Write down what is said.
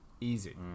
Easy